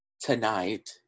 tonight